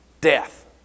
Death